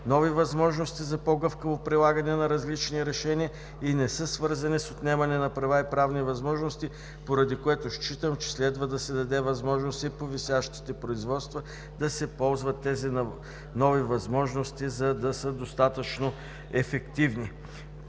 нови възможности за по-гъвкаво прилагане на различни решения и не са свързани с отнемане на права и правни възможности, поради което считам, че следва да се даде възможност и по висящите производства да се ползват новите възможности, за да са достатъчно ефективни.